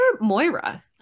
moira